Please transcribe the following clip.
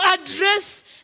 address